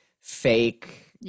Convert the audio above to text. fake